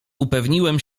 upewniłem